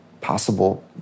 possible